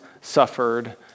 suffered